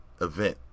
event